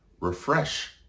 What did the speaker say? refresh